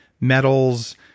metals